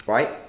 Right